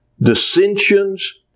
dissensions